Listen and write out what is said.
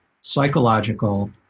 psychological